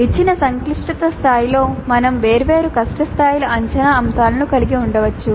ఇచ్చిన సంక్లిష్టత స్థాయిలో మేము వేర్వేరు కష్ట స్థాయిల అంచనా అంశాలను కలిగి ఉండవచ్చు